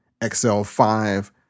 XL5